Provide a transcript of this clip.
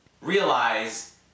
realize